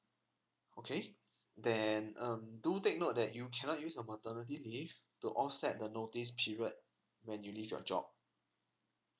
okay then um do take note that you cannot use a maternity leave to offset the notice period when you leave your job